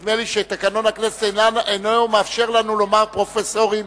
נדמה לי שתקנון הכנסת אינו מאפשר לנו לומר פרופסורים,